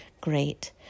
great